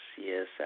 yes